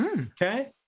Okay